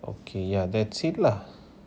okay ya that's it lah